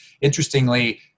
interestingly